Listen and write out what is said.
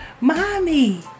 Mommy